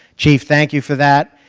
chief, thank you for that.